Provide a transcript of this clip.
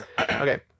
Okay